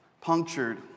punctured